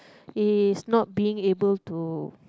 is not being able to